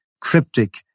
cryptic